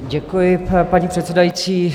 Děkuji, paní předsedající.